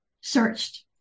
searched